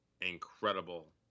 incredible